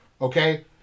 Okay